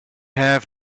have